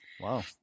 Wow